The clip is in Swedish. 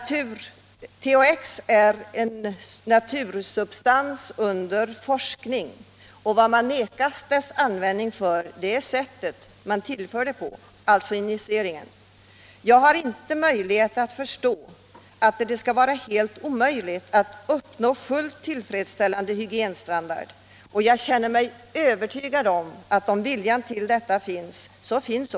THX är en natursubstans under utforskning. Orsaken till att man motsatt sig dess användning är sättet på vilket det tillförs, alltså injiceringen. Men jag kan inte förstå att det skulle vara omöjligt att uppnå en fullt tillfredsställande hygienstandard. Om bara viljan finns är jag övertygad om att det också finns möjligheter i det fallet.